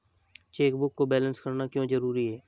Chequebook को balance करना क्यों जरूरी है?